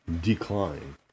decline